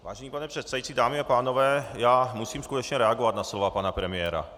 Vážený pane předsedající, dámy a pánové, já musím skutečně reagovat na slova pana premiéra.